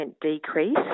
decrease